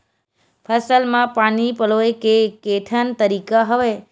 फसल म पानी पलोय के केठन तरीका हवय?